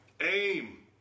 Aim